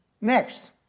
Next